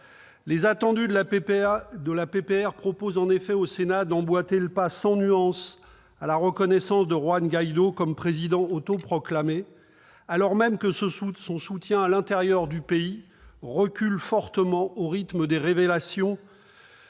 de résolution invitent en effet le Sénat à emboîter le pas, sans nuance, à ceux qui reconnaissent Juan Guaidó comme président autoproclamé, alors même que son soutien à l'intérieur du pays recule fortement au rythme des révélations